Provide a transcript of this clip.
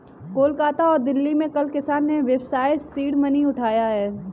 कोलकाता और दिल्ली में कल किसान ने व्यवसाय सीड मनी उठाया है